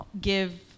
give